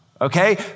Okay